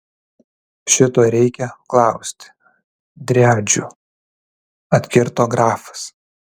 šito reikia klausti driadžių atkirto grafas